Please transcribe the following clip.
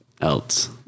else